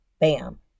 Bam